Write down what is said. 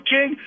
King